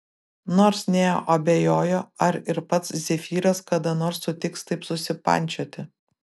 nors neo abejojo ar ir pats zefyras kada nors sutiks taip susipančioti